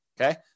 Okay